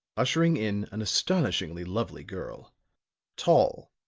ushering in an astonishingly lovely girl tall,